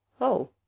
Oh